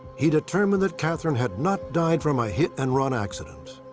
he determined that katherine had not died from a hit-and-run accident.